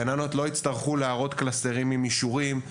הגננות לא יצטרכו להראות קלסרים עם אישורים;